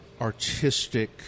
artistic